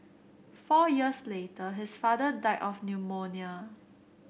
four years later his father died of pneumonia